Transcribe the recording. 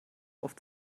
oft